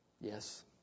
yes